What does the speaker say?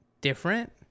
different